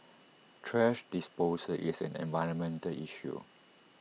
thrash disposal is an environmental issue